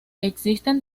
existen